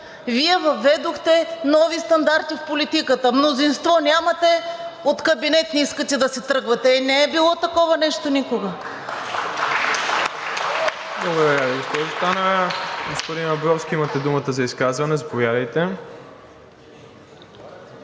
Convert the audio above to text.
Вие въведохте нови стандарти в политиката, мнозинство нямате, от кабинет искате да си тръгвате. Е, не е било такова нещо никога.